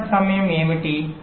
setup సమయం ఏమిటి